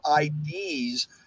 IDs